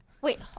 Wait